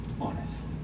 honest